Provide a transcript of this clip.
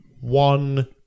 one